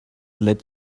let